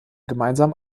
gemeinsam